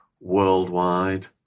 worldwide